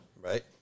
right